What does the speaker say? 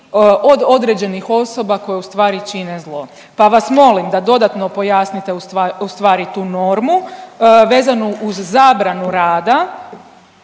od određenih osoba koje u stvari čine zlo. Pa vas molim da dodatno pojasnite u stvari tu normu vezano uz zabranu rada